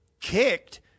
kicked